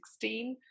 2016